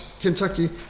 Kentucky